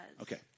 Okay